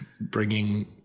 bringing